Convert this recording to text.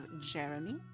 jeremy